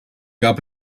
gab